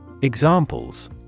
Examples